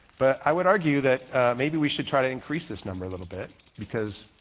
but i would argue that maybe we should try to increase this number a little bit because